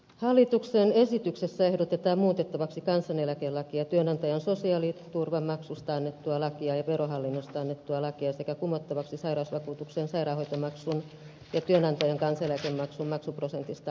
hallituksen esityksessä ehdotetaan muutettavaksi kansaneläkelakia työnantajan sosiaaliturvamaksusta annettua lakia ja verohallinnosta annettua lakia sekä kumottavaksi sairausvakuutuksen sairaanhoitomaksun ja työnantajan kansaneläkemaksun maksuprosentista annettu laki